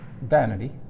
vanity